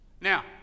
now